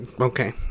Okay